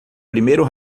primeiro